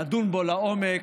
לדון בה לעומק.